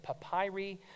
papyri